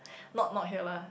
not not here lah